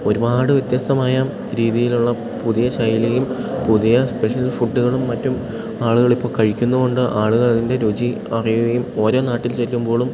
ഒരുപാട് വ്യത്യസ്തമായ രീതിയിലുള്ള പുതിയ ശൈലിയും പുതിയ സ്പെഷൽ ഫുഡ്ഡുകളും മറ്റും ആളുകളിപ്പോൾ കഴിക്കുന്നതു കൊണ്ട് ആളുകൾ അതിൻ്റെ രുചി അറിയുകയും ഓരോ നാട്ടിൽ ചെല്ലുമ്പോഴും